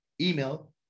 email